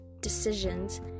decisions